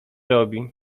robi